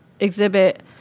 exhibit